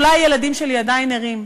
אולי הילדים שלי עדיין ערים.